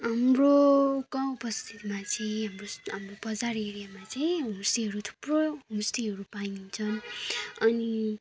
हाम्रो गाउँ बस्तीमा चाहिँ हाम्रो हाम्रो बजार एरियामा चाहिँ होमस्टेहरू थुप्रो होमस्टेहरू पाइन्छन् अनि